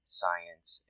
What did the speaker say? science